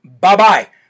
bye-bye